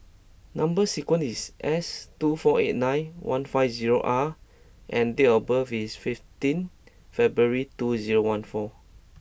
number sequence is S two four eight nine one five zero R and date of birth is fifteen February two zero one four